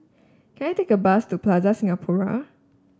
can I take a bus to Plaza Singapura